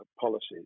policies